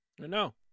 No